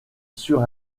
sur